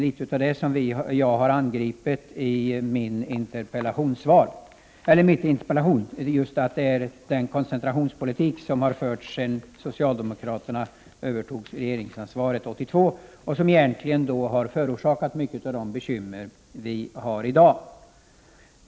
I min interpellation har jag angripit den koncentrationspolitik som har förts sedan socialdemokraterna övertog regeringsansvaret 1982 och som egentligen har förorsakat mycket av de bekymmer vi har i dag.